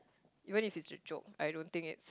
even if it's a joke I don't think it